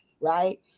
right